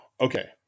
Okay